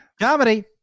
comedy